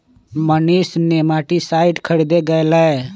Manish nematicide खरीदे गय लय